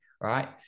Right